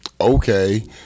Okay